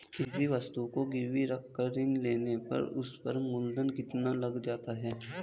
किसी वस्तु को गिरवी रख कर ऋण लेने पर उस पर मूलधन कितना लग जाता है?